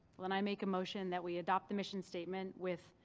then i make a motion that we adopt the mission statement with